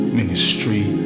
ministry